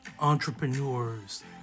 entrepreneurs